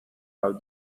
how